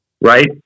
right